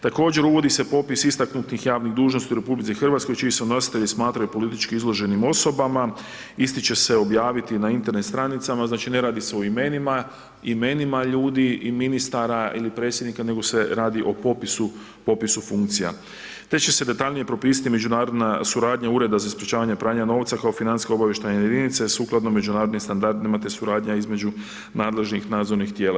Također uvodi se popis istaknutih javnih dužnosti u RH čiji se nositelji smatraju politički izloženim osobama, isti će se objaviti na Internet stranicama, znači ne radi se o imenima ljudi i ministara ili predsjednika nego se radi o popisu funkcija te će se detaljnije propisati međunarodna suradnja Ureda za sprečavanje pranja novca kao financijsko-obavještajna jedinice, sukladno međunarodnim standardima te suradnja između nadležnim nadzornih tijela.